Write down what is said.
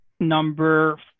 Number